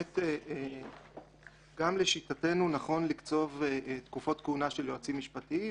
גם לשיטתנו נכון לקצוב תקופות כהונה של יועצים משפטיים,